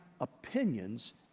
opinions